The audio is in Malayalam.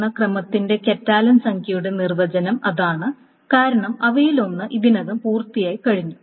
എന്ന ക്രമത്തിന്റെ കറ്റാലൻ സംഖ്യയുടെ നിർവചനം അതാണ് കാരണം അവയിലൊന്ന് ഇതിനകം പൂർത്തിയായിക്കഴിഞ്ഞു